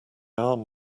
arm